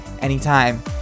anytime